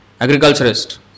agriculturist